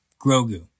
Grogu